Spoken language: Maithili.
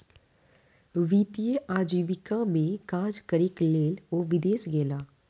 वित्तीय आजीविका में काज करैक लेल ओ विदेश गेला